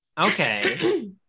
Okay